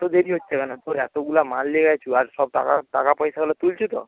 এত দেরি হচ্ছে কেন তোর এতগুলা মাল নিয়ে গেছি আর সব টাকা টাকাপয়সাগুলো তুলছি তো